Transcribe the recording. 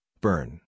burn